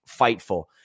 Fightful